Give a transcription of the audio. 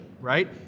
right